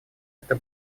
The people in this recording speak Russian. это